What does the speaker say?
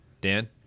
Dan